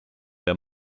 der